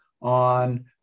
on